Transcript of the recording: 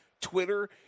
Twitter